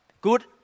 good